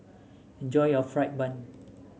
enjoy your fried bun